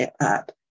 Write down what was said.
up